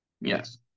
Yes